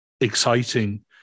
exciting